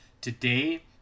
today